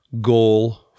goal